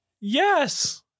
yes